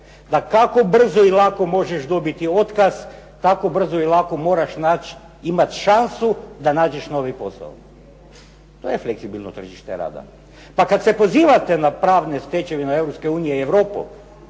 da kako brzo i lako možeš dobiti otkaz, tako brzo i lako moraš naći, imati šansu da nađeš novi posao. To je fleksibilno tržište rada. Pa kad se pozivate na pravne stečevine Europske